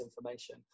information